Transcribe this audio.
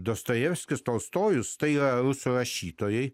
dostojevskis tolstojus tai yra rusų rašytojai